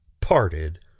parted